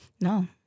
No